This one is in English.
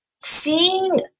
seeing